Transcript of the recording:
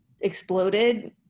exploded